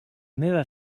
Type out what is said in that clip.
meva